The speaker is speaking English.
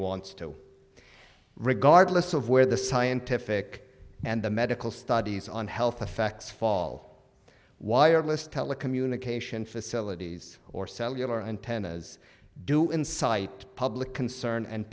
wants to regardless of where the scientific and medical studies on health effects fall wireless telecommunication facilities or cellular antennas do incite public concern and